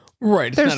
Right